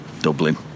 Dublin